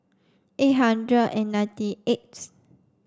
eight hundred and ninety eighth